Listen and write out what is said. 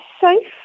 safe